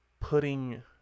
putting